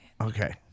Okay